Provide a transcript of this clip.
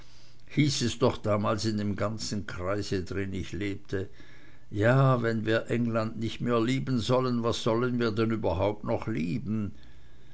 hieß es doch damals in dem ganzen kreise drin ich lebte ja wenn wir england nicht mehr lieben sollen was sollen wir dann überhaupt noch lieben